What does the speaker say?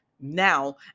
now